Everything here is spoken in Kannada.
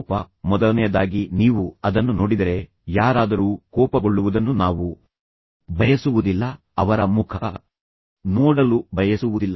ಕೋಪ ಮೊದಲನೆಯದಾಗಿ ನೀವು ಅದನ್ನು ನೋಡಿದರೆ ಯಾರಾದರೂ ಕೋಪಗೊಳ್ಳುವುದನ್ನು ನಾವು ಬಯಸುವುದಿಲ್ಲ ನಾವು ಯಾರಾದರೂ ಕೋಪಗೊಂಡಾಗ ಅವರ ಮುಖ ನೋಡಲು ಬಯಸುವುದಿಲ್ಲ